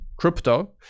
crypto